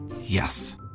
Yes